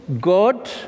God